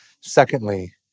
Secondly